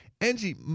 angie